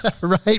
Right